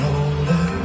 older